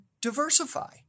diversify